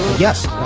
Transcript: yes,